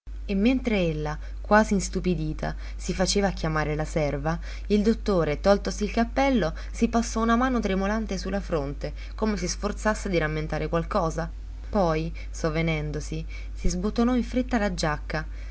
e mentre ella quasi istupidita si faceva a chiamare la serva il dottore toltosi il cappello si passò una mano tremolante su la fronte come si sforzasse di rammentare qualcosa poi sovvenendosi si sbottonò in fretta la giacca